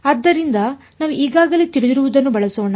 ಆದ್ದರಿಂದ ನಾವು ಈಗಾಗಲೇ ತಿಳಿದಿರುವದನ್ನು ಬಳಸೋಣ